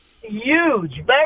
Huge